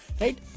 right